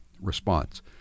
response